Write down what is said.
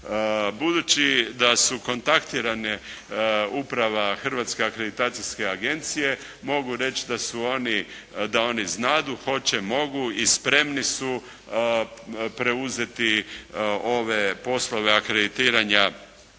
Budući da su kontaktirane, uprava Hrvatske akreditacijske agencije mogu reći da oni znadu, hoće, mogu i spremni su preuzeti ove poslove akreditiranja